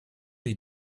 wie